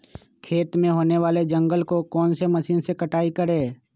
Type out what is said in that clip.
खेत में होने वाले जंगल को कौन से मशीन से कटाई करें?